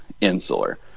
insular